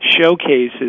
showcases